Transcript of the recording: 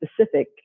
specific